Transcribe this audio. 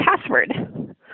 password